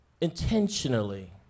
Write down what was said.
intentionally